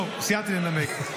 טוב, סיימתי לנמק.